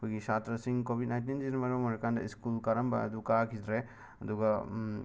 ꯑꯩꯈꯣꯏꯒꯤ ꯁꯥꯇ꯭ꯔꯁꯤꯡ ꯀꯣꯕꯤꯠ ꯅꯥꯏꯟꯇꯤꯟꯁꯤꯅ ꯃꯔꯝ ꯑꯣꯏꯔꯀꯥꯟꯗ ꯏꯁꯀꯨꯜ ꯀꯥꯔꯝꯕ ꯑꯗꯨ ꯀꯥꯈꯤꯗ꯭ꯔꯦ ꯑꯗꯨꯒ